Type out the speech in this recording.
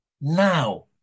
now